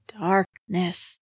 darkness